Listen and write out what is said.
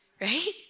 right